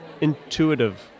intuitive